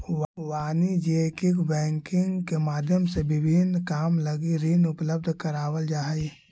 वाणिज्यिक बैंकिंग के माध्यम से विभिन्न काम लगी ऋण उपलब्ध करावल जा हइ